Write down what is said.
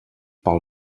pel